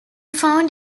found